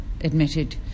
admitted